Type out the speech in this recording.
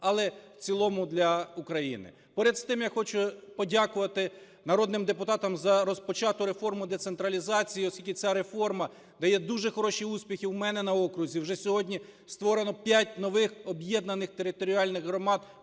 але в цілому для України. Перед тим я хочу подякувати народним депутатам за розпочату реформу децентралізації, оскільки ця реформа дає дуже хороші успіхи. В мене на окрузі вже сьогодні створено 5 нових об'єднаних територіальних громад.